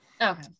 Okay